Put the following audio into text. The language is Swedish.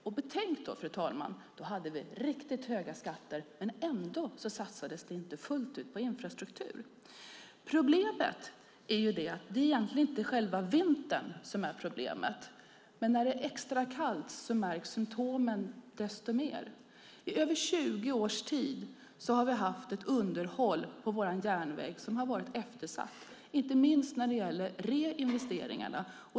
Fru talman! Betänk att vi då hade riktigt höga skatter, men ändå satsades det inte fullt ut på infrastruktur. Problemet är att det egentligen inte är själva vintern som är problemet. Men när det är extra kallt märks symtomen desto mer. I över 20 års tid har vi haft ett eftersatt underhåll på vår järnväg, inte minst när det gäller reinvesteringarna.